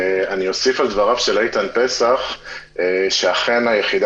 אני אוסיף על דבריו של איתן פסח שאכן היחידה